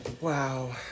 Wow